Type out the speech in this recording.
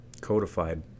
codified